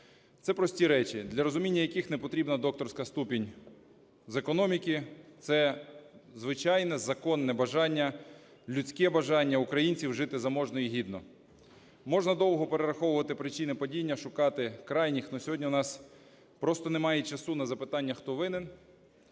Це прості речі, для розуміння яких не потрібна докторська ступінь з економіки. Це звичайне, законне бажання, людське бажання українців жити заможно і гідно. Можна довго перераховувати причини падіння, шукати крайніх, але сьогодні у нас просто немає часу на запитання "хто винен?",